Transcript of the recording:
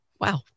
Wow